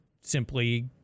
simply